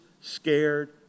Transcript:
scared